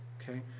Okay